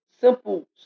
simple